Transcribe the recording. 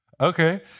Okay